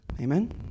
Amen